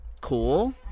cool